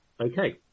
Okay